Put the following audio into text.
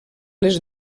les